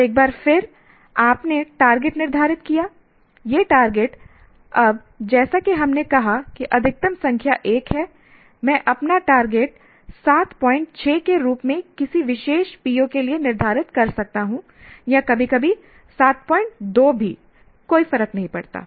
और एक बार फिर आपने टारगेट निर्धारित किया यह टारगेट अब जैसा कि हमने कहा कि अधिकतम संख्या 1 है मैं अपना टारगेट 76 के रूप में किसी विशेष PO के लिए निर्धारित कर सकता हूं या कभी कभी 72 भी कोई फर्क नहीं पड़ता